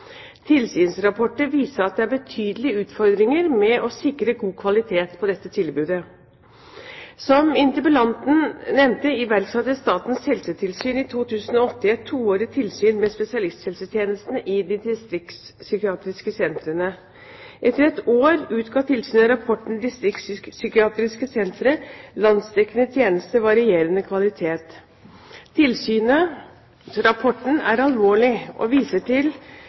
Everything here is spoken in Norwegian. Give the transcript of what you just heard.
Tilsynsrapporter viser at det er betydelige utfordringer med å sikre god kvalitet på dette tilbudet. Som interpellanten nevnte, iverksatte Statens helsetilsyn i 2008 et toårig tilsyn med spesialisthelsetjenestene i de distriktspsykiatriske sentrene. Etter et år utga tilsynet rapporten om DPS, Landsdekkende tjenester, men varierende kvalitet? Tilsynsrapporten er alvorlig og viser grunnleggende svikt i tjenestetilbudet til psykisk syke. Rapporten er